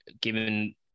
given